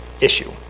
issue